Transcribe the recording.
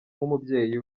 nk’umubyeyi